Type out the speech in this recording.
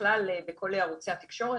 ובכלל בכל ערוצי התקשורת,